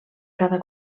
cada